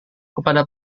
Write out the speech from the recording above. kepada